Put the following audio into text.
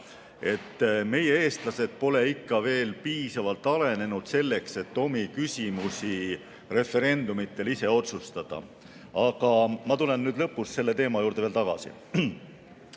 et meie, eestlased, pole ikka veel piisavalt arenenud selleks, et omi küsimusi referendumitel ise otsustada. Aga ma tulen lõpus selle teema juurde veel tagasi. Eesti